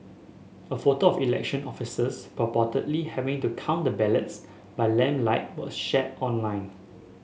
a photo of election officials purportedly having to count the ballots by lamplight was shared online